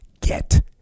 get